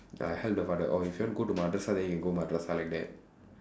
I heard the father oh if you want to go madrasah then you go madrasah like that